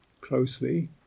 closely